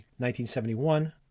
1971